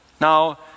Now